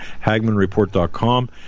HagmanReport.com